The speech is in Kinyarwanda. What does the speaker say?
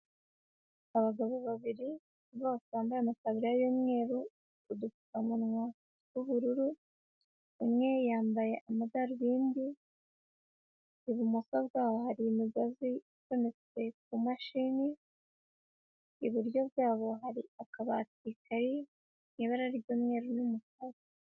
Abagabo babiri bose bambaye amataburiya y'umweru, udupfukamunwa tw'ubururu, umwe yambaye amadarubindi, ibumoso bwabo hari imigozi icometse ku mashini, iburyo bwabo hari akabati kari mu ibara ry'umweru n'umukara.